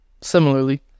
Similarly